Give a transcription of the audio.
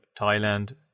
Thailand